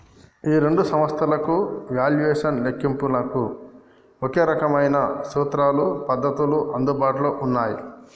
ఈ రెండు సంస్థలకు వాల్యుయేషన్ లెక్కింపునకు ఒకే రకమైన సూత్రాలు పద్ధతులు అందుబాటులో ఉన్నాయి